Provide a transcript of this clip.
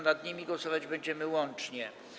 Nad nimi głosować będziemy łącznie.